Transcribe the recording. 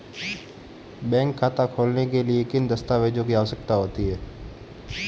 Bank खाता खोलने के लिए किन दस्तावेज़ों की आवश्यकता होती है?